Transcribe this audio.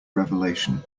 revelation